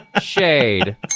Shade